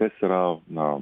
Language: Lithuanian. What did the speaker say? kas yra na